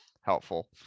helpful